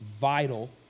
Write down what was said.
vital